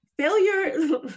Failure